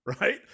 right